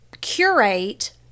curate